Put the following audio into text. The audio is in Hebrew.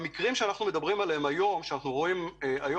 במקרים שאנחנו רואים היום,